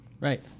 Right